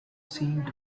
seemed